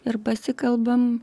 ir pasikalbam